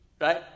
Right